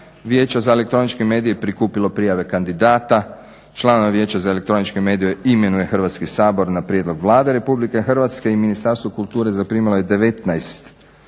Vijeća za elektroničke medije i prikupilo prijave kandidata. Članove Vijeća za elektroničke medije imenuje Hrvatski sabor na prijedlog Vlade RH i Ministarstvo kulture zaprimilo je 19